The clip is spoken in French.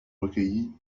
recueillis